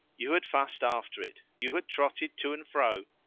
you had fussed after it, you had trotted to and fro,